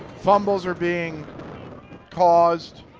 fumbles are being caused,